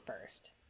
first